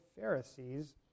Pharisees